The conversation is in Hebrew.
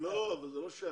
זה לא שייך.